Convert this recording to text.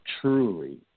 truly